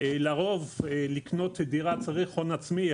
לרוב לקנות דירה צריך הון עצמי.